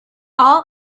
all